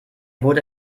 wurde